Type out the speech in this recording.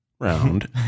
round